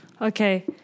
Okay